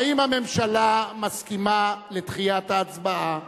האם הממשלה מסכימה לדחיית ההצבעה?